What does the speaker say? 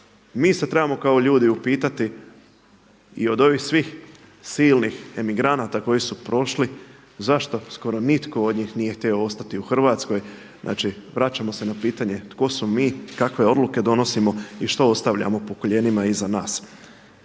mi se trebamo kao ljudi upitati i od ovih svih silnih emigranata koji su prošli zašto skoro nitko od njih nije htio ostati u Hrvatskoj? Znači vraćamo se na pitanje tko smo mi, kakve odluke donosimo i što ostavljamo pokoljenjima iza nas.